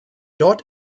dort